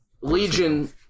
Legion